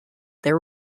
their